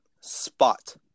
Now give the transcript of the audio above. spot